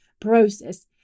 process